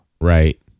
Right